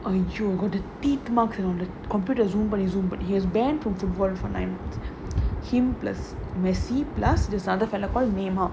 !aiyo! got a teeth mark around that computer Zoom பண்ணி:panni Zoom பண்ணி:panni but he has banned from two point four nine him plus messi plus the other fellow called nema